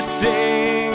sing